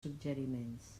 suggeriments